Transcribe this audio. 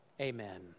Amen